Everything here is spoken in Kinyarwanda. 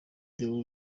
deo